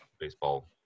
baseball